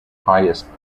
highest